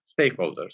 stakeholders